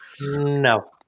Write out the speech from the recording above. No